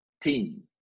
team